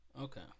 Okay